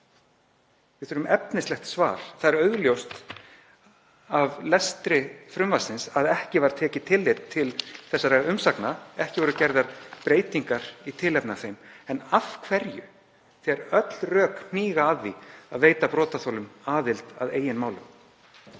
Við þurfum efnislegt svar. Það er augljóst af lestri frumvarpsins að ekki var tekið tillit til þessara umsagna. Ekki voru gerðar breytingar í tilefni af þeim. En af hverju ekki, þegar öll rök hníga að því að veita brotaþolum aðild að eigin málum?